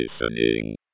listening